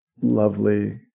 lovely